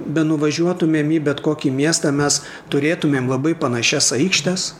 benuvažiuotumėm į bet kokį miestą mes turėtumėm labai panašias aikštes